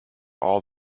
all